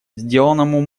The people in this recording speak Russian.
сделанному